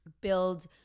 build